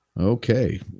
Okay